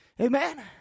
Amen